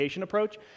approach